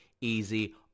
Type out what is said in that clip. easy